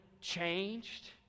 changed